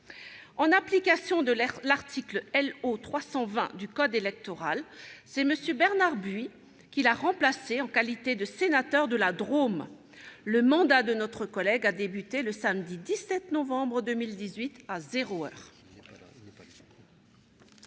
En application de l'article L.O. 320 du code électoral, M. Bernard Buis l'a remplacé en qualité de sénateur de la Drôme. Le mandat de notre collègue a débuté le samedi 17 novembre 2018, à zéro heure.